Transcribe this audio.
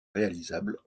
réalisable